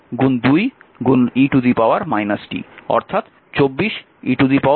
সুতরাং পাওয়ার p 12 2 e t 24 e t watt